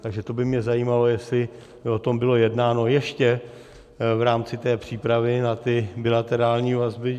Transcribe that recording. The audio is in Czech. Takže by mě zajímalo, jestli o tom bylo jednáno ještě v rámci té přípravy na ty bilaterální vazby.